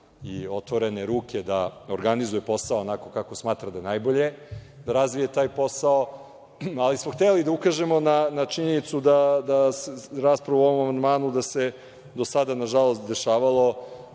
i otvorene ruke da organizuje posao onako kako smatra da je najbolje da razvija taj posao, ali smo hteli da ukažemo na činjenicu da u raspravi na ovom amandmanu da se nažalost do